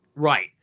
Right